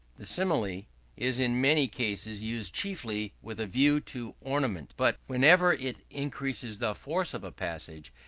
the simile is in many cases used chiefly with a view to ornament, but whenever it increases the force of a passage,